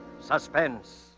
Suspense